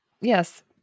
yes